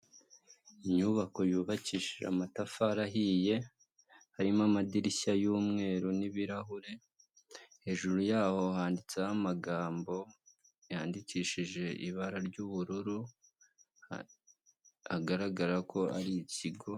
Inyubako yubakishije amatafari ahiye, harimo amadirishya y'umweru n'ibirahure, hejuru yaho handitseho amagambo, yandikishije ibara ry'ubururu agaragara ko ari ikigo.